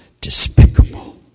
despicable